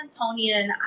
Antonian